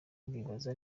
bibaza